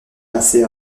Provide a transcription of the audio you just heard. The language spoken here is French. assez